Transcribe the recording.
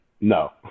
no